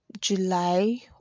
July